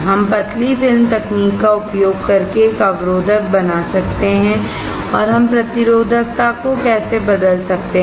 हम पतली फिल्म तकनीक का उपयोग करके एक अवरोधक बना सकते हैं और हम प्रतिरोधकता को कैसे बदल सकते हैं